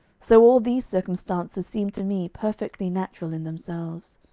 so all these circumstances seemed to me perfectly natural in themselves.